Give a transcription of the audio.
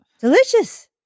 Delicious